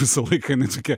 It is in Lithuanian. visą laiką jinai tokia